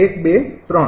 ૩૧૨૩